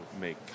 make